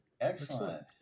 Excellent